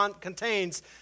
contains